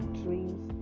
dreams